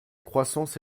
croissance